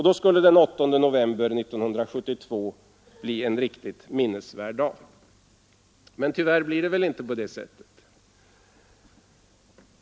Då skulle den 8 november 1972 bli en riktigt minnesvärd dag. Men tyvärr blir det väl inte på det sättet.